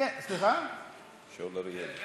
שאול אריאלי.